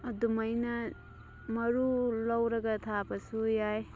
ꯑꯗꯨꯝꯃꯥꯏꯅ ꯃꯔꯨ ꯂꯧꯔꯒ ꯊꯥꯕꯁꯨ ꯌꯥꯏ